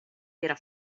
era